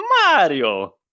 Mario